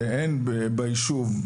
ואין ביישוב,